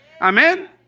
Amen